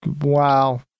Wow